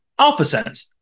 AlphaSense